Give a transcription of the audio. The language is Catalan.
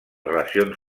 relacions